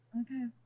okay